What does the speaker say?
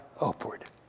upward